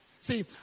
See